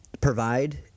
provide